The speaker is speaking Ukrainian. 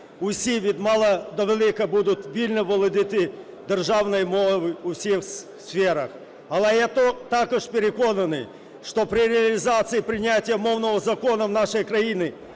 усі від мала до велика будуть вільно володіти державною мовою у всіх сферах. Але я також переконаний, що при реалізації прийняття мовного закону в нашій країні